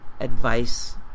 advice